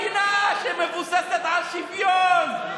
מדינה שמבוססת על שוויון,